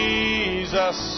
Jesus